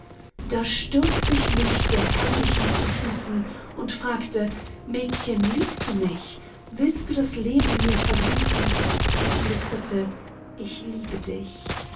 da stürzt ich mich der herrlichen zu füßen und fragte mädchen liebst du mich willst du das leben mir versüßen sie flüsterte ich liebe dich